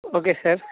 okay sir